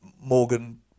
Morgan